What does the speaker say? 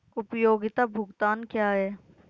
उपयोगिता भुगतान क्या हैं?